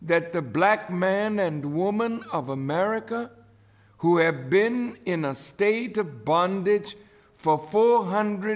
that the black man and woman of america who have been in a state of bondage for four hundred